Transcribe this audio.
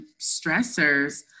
stressors